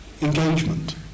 engagement